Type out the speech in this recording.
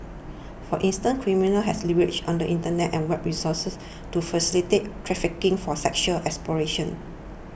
for instance criminals has leverage on the Internet and web resources to facilitate trafficking for sexual exploitation